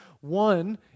One